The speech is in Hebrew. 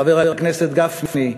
חבר הכנסת גפני,